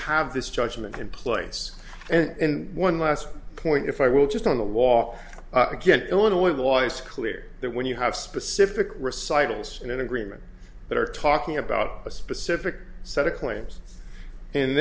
have this judgment in place and one last point if i will just on the wall again illinois law is clear that when you have specific recitals in an agreement that are talking about a specific set of claims and